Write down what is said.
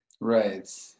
Right